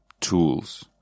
tools